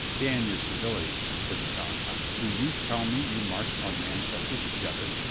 damn your civilities, said the palatine. do you tell me you marched on manchester together?